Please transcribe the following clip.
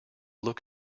look